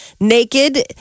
naked